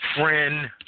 friend